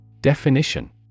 Definition